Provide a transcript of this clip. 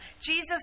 Jesus